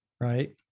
Right